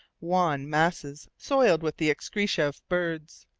wan masses soiled with the excreta of birds.